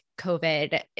COVID